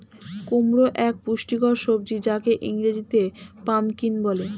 কুমড়ো এক পুষ্টিকর সবজি যাকে ইংরেজিতে পাম্পকিন বলে